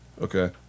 Okay